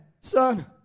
son